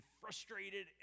frustrated